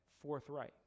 forthright